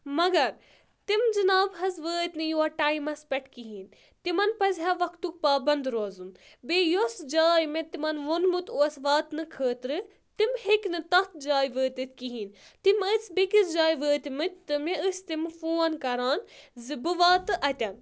مگر تِم جِناب حٕظ وٲتۍ نہٕ یوا ٹایمَس پؠٹھ کِہیٖنۍ تِمَن پَزِ ہا وقتُک پَابَند روزُن بیٚیہِ یۄس جاے مےٚ تِمَن ووٚنمُت اوس واتنہٕ خٲطرٕ تِم ہیٚکۍ نہٕ تَتھ جایہِ وٲتِتھ کِہیٖنۍ تِم ٲسۍ بیٚکِس جایہِ وٲتمٕتۍ تہٕ مےٚ ٲسۍ تِم فون کَران زِ بہٕ واتہٕ اَتؠن